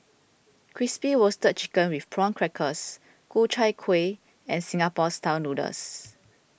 Crispy Roasted Chicken with Prawn Crackers Ku Chai Kueh and Singapore Style Noodles